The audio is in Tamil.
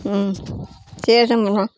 ம் சரி சம்பூர்ணம்